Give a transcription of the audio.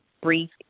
brief